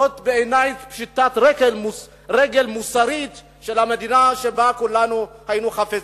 זו בעיני פשיטת רגל מוסרית של המדינה שבה כולנו היינו חפצים.